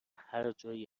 هرجایی